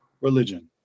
religion